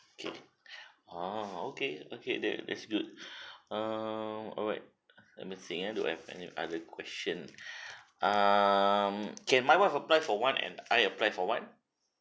okay !wah! okay okay that that's good err alright let me think ah do I have any other question um can my wife apply for one and I apply for one